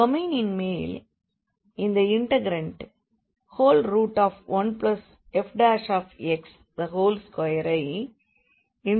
டொமைனின் மேல் இந்த இண்டெக்ரண்ட் 1fx2 ஐ இண்டெக்ரெட் செய்கிறோம்